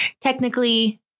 Technically